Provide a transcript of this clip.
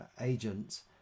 agents